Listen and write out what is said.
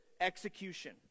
execution